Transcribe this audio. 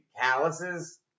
calluses